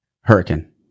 Hurricane